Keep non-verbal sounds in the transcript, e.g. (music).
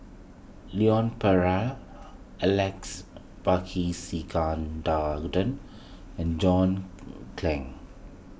Leon Perera Alex (unintelligible) and John Clang